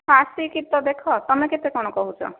ଆସିକି ତ ଦେଖ ତମେ କେତେ କ'ଣ କହୁଛ